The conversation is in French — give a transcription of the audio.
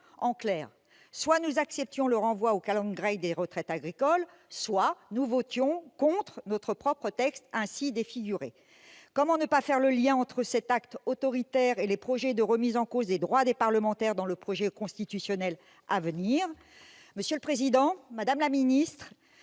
En clair, soit nous acceptions le renvoi aux calendes grecques de la revalorisation des retraites agricoles, soit nous votions contre notre propre texte ainsi défiguré. Comment ne pas faire le lien entre cet acte autoritaire et les projets de remise en cause des droits des parlementaires dans le projet de loi constitutionnelle à venir ? Monsieur le président, madame la secrétaire